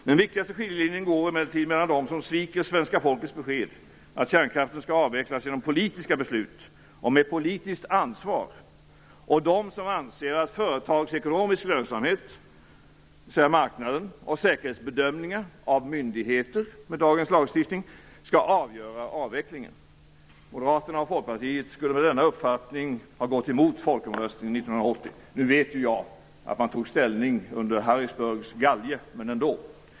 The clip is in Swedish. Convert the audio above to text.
Den viktigaste skiljelinjen går emellertid mellan dem som sviker svenska folkets besked att kärnkraften skall avvecklas genom politiska beslut och med politiskt ansvar, och dem som anser att företagsekonomisk lönsamhet, dvs. marknaden och säkerhetsbedömningar av myndigheter med dagens lagstiftning, skall avgöra avvecklingen. Moderaterna och Folkpartiet skulle med denna uppfattning ha gått emot folkomröstningen 1980. Nu vet ju jag att man tog ställning under Harrisburgs galge, men ändå!